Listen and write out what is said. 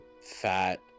fat